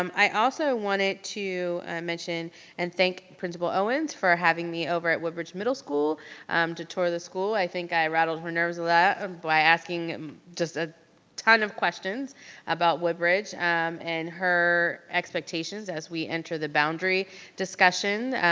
um i also wanted to mention and thank principal owens for having me over at woodbridge middle school um to tour the school. i think i rattled her nerves a lot and by asking just a ton of questions about woodbridge and her expectations as we enter the boundary discussion,